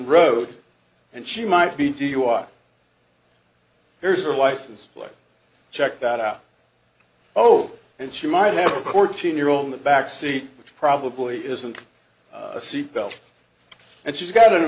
rode and she might be dui here's her license plate check that out oh and she might have fourteen year old in the back seat which probably isn't a seat belt and she's got a